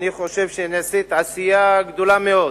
שאני חושב שיש עשייה גדולה מאוד,